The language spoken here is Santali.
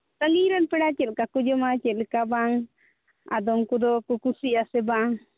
ᱟᱹᱞᱤᱧ ᱨᱮᱱ ᱯᱮᱲᱟ ᱪᱮᱫ ᱞᱮᱠᱟ ᱠᱚ ᱡᱚᱢᱟ ᱪᱮᱫ ᱞᱮᱠᱟ ᱵᱟᱝ ᱟᱫᱚᱢ ᱠᱚᱫᱚᱠᱚ ᱠᱩᱥᱤᱭᱟᱜᱼᱟ ᱥᱮ ᱵᱟᱝ